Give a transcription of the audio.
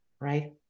right